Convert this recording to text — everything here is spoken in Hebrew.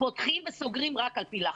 פותחים וסוגרים רק על פי לחץ.